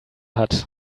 hat